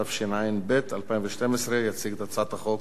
התשע"ב 2012. יציג את הצעת החוק